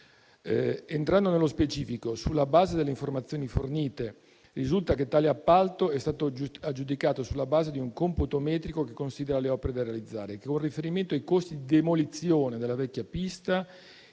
Entrando nello specifico, sulla base delle informazioni fornite, risulta che tale appalto sia stato aggiudicato sulla base di un computo metrico che considera le opere da realizzare e che, con un riferimento ai costi di demolizione della vecchia pista,